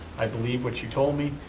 i believed what you told me.